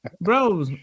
Bro